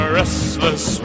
restless